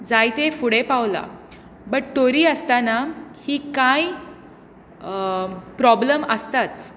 जायतें फुडें पावलां बट तरी आसताना ही कांय प्रॉब्मल आसताच